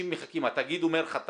התאגיד אומר, חתמתי.